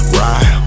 ride